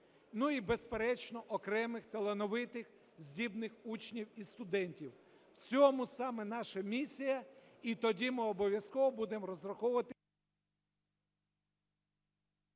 і, безперечно, окремих талановитих, здібних учнів і студентів. В цьому саме наша місія, і тоді ми обов'язково будемо розраховувати